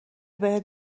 بهت